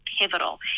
pivotal